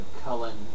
Cullen